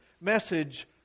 message